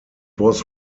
was